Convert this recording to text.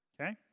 okay